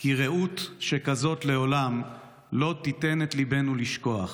/ כי רעות שכזאת לעולם / לא תיתן את ליבנו לשכוח.